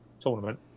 tournament